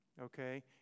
Okay